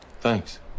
Thanks